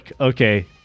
okay